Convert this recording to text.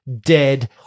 dead